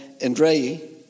Andrei